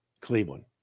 Cleveland